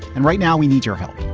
and right now we need your help.